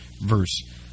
verse